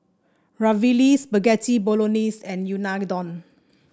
Ravioli Spaghetti Bolognese and Unadon